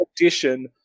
addition